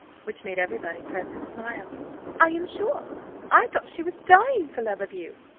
which made every body present smile i am sure i thought she was dying for love of you.